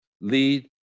lead